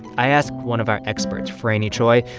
i asked one of our experts, franny choi,